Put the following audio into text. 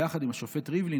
יחד עם השופט ריבלין,